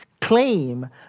claim